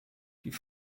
die